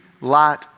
light